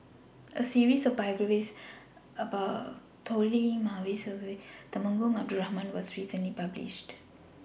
A series of biographies about Toh Liying Mavis Khoo Oei and Temenggong Abdul Rahman was recently published